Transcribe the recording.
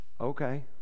Okay